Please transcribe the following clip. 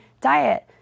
diet